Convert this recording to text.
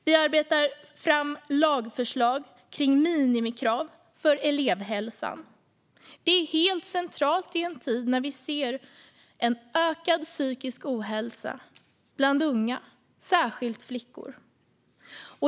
Vi arbetar fram lagförslag om minimikrav för elevhälsan. Det är centralt i en tid när vi ser en ökad psykisk ohälsa bland unga, särskilt flickor.